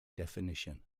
definition